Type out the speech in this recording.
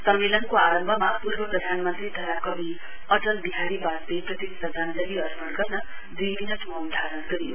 सम्मेलनको आरम्भमा पूर्व प्रधानमन्त्री तथा कवि अटल विहारी वाजपेयीप्रति श्रध्दाञ्जलि अर्पण गर्न दुई मिनट मौन धारण गरियो